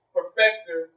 Perfector